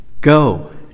go